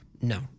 No